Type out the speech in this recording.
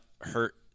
Hurt